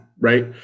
right